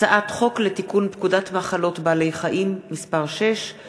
הצעת חוק לתיקון פקודת מחלות בעלי-חיים (מס' 6),